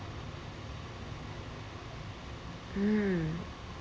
um